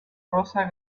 rosa